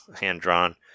hand-drawn